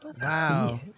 Wow